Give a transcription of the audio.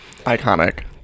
Iconic